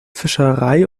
fischerei